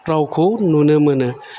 रावखौ नुनो मोनो